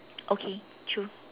okay true